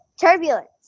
Turbulence